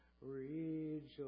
rejoice